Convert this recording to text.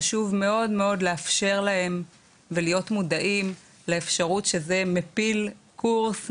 חשוב מאוד מאוד לאפשר להם ולהיות מודעים לאפשרות שזה מפיל קורס,